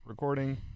Recording